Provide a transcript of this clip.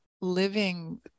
living